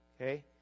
Okay